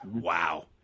Wow